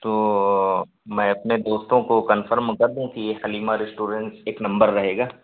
تو میں اپنے دوستوں کو کنفرم کر دوں کہ حلیمہ ریسٹورینٹ ایک نمبر رہے گا